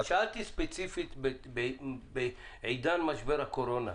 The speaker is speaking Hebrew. שאלתי ספציפית בעידן משבר הקורונה,